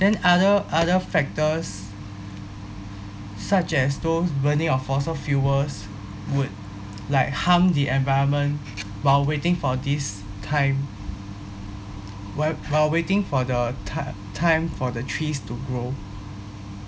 then other other factors such as those burning of fossil fuels would like harm the environment while waiting for this time w~ while waiting for the ti~ time for the trees to grow